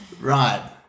Right